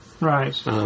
Right